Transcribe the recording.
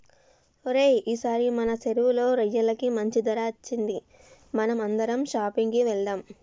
ఓరై ఈసారి మన సెరువులో రొయ్యలకి మంచి ధర అచ్చింది మనం అందరం షాపింగ్ కి వెళ్దాం